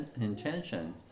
intention